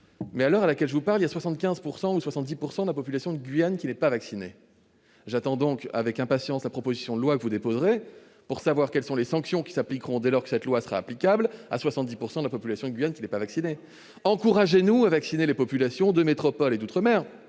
que, à l'heure où je vous parle, 70 % ou 75 % de la population de Guyane ne sont pas vaccinés. J'attends donc avec impatience la proposition de loi que vous déposerez pour connaître les sanctions qui seront en vigueur dès lors que ce texte sera applicable aux 70 % de la population de Guyane qui ne sont pas vaccinés ! Encouragez-nous à vacciner les populations de métropole et d'outre-mer.